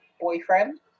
boyfriend